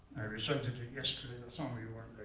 i recited it yesterday, but some of you weren't